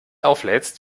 auflädst